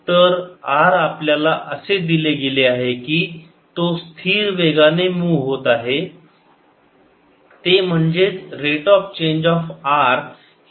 तर r आपल्याला असे दिले गेले आहे की तो स्थिर वेगाने मुव होत आहे ते म्हणजेच rate of change of r हे v आहे